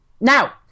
Now